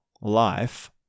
life